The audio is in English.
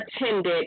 attended